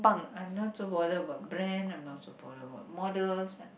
I'm not so bother about brand I'm not so bothered about models